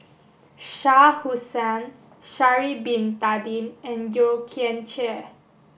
Shah Hussain Sha'ari Bin Tadin and Yeo Kian Chye